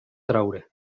traure